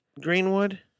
Greenwood